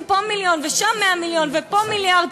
פה מיליון ושם 100 מיליון ופה מיליארד.